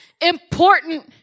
important